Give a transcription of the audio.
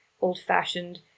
old-fashioned